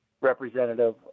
representative